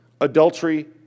Adultery